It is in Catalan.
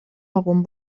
algun